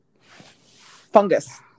fungus